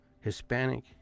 Hispanic